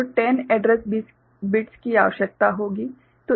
तो 10 address bits की आवश्यकता होगी